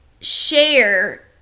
Share